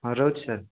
ହଁ ରହୁଛି ସାର୍